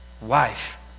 wife